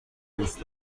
دوست